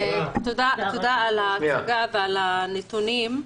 תודה על הסקירה ועל הנתונים.